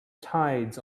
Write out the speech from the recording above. tides